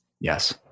Yes